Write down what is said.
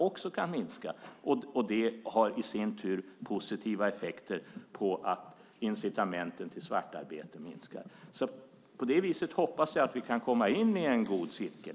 Det i sin tur har positiva effekter genom att incitamenten till svartarbete minskar. På det viset hoppas jag att vi kan komma in i en god cirkel.